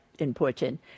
Important